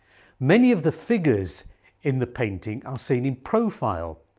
many of the figures in the painting are seen in profile,